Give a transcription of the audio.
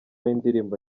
y’indirimbo